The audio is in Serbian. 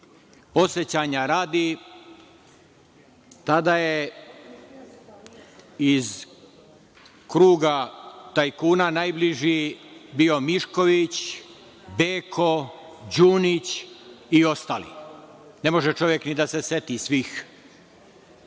Podsećanja radi, tada je iz kruga tajkuna najbliži bio Mišković, Beko, Đunić i ostali. Ne može čovek ni da se seti svih.